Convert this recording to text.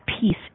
peace